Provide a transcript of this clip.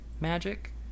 magic